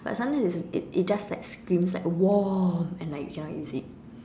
but sometimes it it just like screams like warm and like you cannot use it